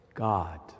God